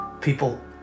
People